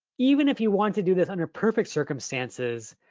even if you wanted to do this under perfect circumstances,